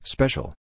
Special